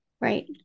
right